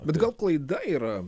bet gal klaida yra